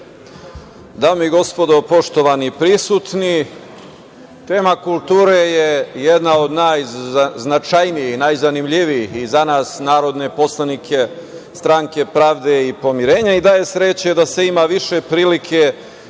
Dame i gospodo, poštovani prisutni, tema kulture je jedna od najznačajnijih, najzanimljivijih i za nas narodne poslanike, Stranke pravde i pomirenja i da je sreće da se ima više prilike